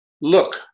Look